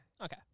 Okay